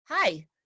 Hi